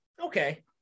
okay